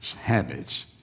habits